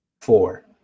four